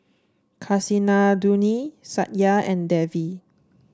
Kasinadhuni Satya and Devi